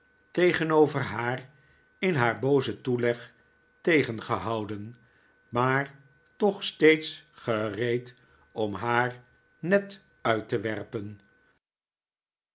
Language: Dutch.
tegenover haar in haar boozen toeleg tegengehouden maar toch steeds gereed om haar net uit te werpen